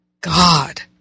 God